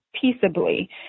peaceably